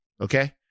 okay